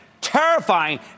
terrifying